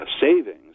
savings